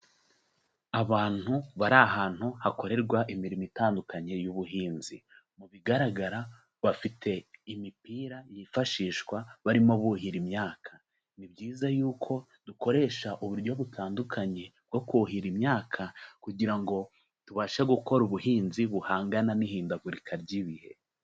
Abantu bari ahantu hakorerwa imirimo itandukanye y'ubuhinzi, mu bigaragara bafite imipira yifashishwa barimo buhira imyaka, ni byiza yuko dukoresha uburyo butandukanye bwo kuhira imyaka, kugira ngo tubashe gukora ubuhinzi buhangana n'ihindagurika ry'ibihe.